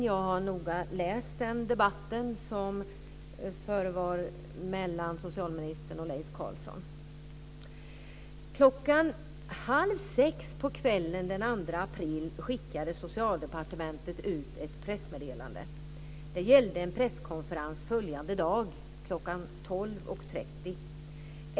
Jag har noga läst den debatt som fördes mellan socialministern och Leif Socialdepartementet ut ett pressmeddelande. Det gällde en presskonferens följande dag kl. 12.30.